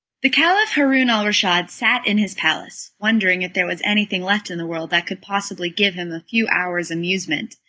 the caliph haroun-al-raschid sat in his palace, wondering if there was anything left in the world that could possibly give him a few hours' amusement,